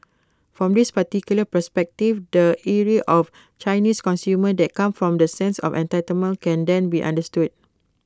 from this particular perspective the ire of Chinese consumers that come from the sense of entitlement can then be understood